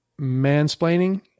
mansplaining